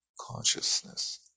consciousness